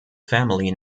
family